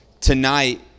tonight